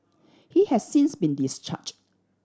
he has since been discharged